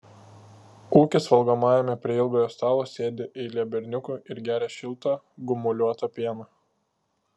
ūkis valgomajame prie ilgojo stalo sėdi eilė berniukų ir geria šiltą gumuliuotą pieną